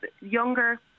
younger